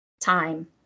time